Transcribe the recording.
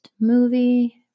movie